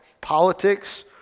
politics